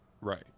right